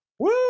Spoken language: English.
Woo